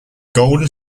golden